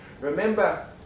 Remember